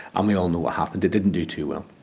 um we all know what happened, they didn't do too well.